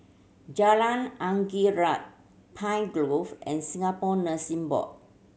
Jalan Angin Laut Pine Grove and Singapore Nursing Board